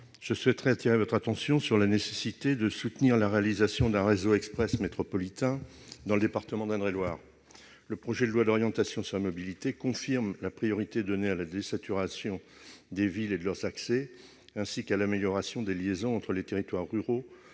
le secrétaire d'État, sur la nécessité de soutenir la réalisation d'un réseau express métropolitain dans le département d'Indre-et-Loire. Le projet de loi d'orientation des mobilités confirme la priorité donnée à la désaturation des villes et de leurs accès, ainsi qu'à l'amélioration des liaisons entre les territoires ruraux